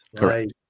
right